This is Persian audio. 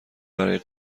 برای